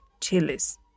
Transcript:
chilies